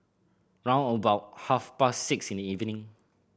round about half past six in the evening